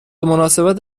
مناسبت